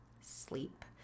sleep